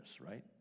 right